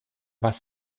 was